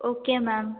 okay ma'am